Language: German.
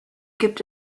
gibt